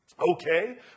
Okay